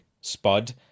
spud